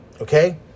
Okay